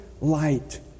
light